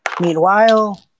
Meanwhile